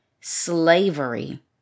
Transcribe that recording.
slavery